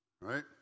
Right